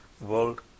world